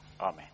Amen